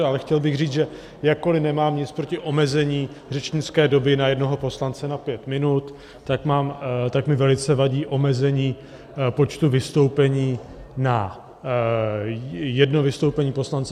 Ale chtěl bych říct, že jakkoli nemám nic proti omezení řečnické doby na jednoho poslance na pět minut, tak mi velice vadí omezení počtu vystoupení na jedno vystoupení poslance.